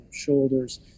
shoulders